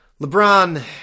LeBron